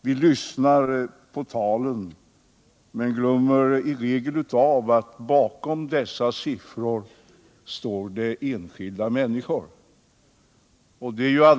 Vi lyssnar på talen, men låt oss aldrig glömma att bakom dessa siffror står det enskilda människor.